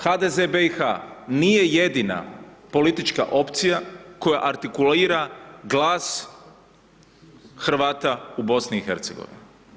HDZ BIH nije jedina politička opcija koja artikulira glas Hrvata u BIH.